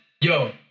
yo